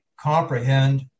comprehend